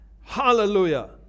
Hallelujah